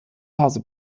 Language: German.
hause